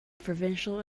provincial